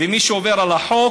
ומי שעובר על החוק,